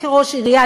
כראש עירייה,